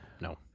no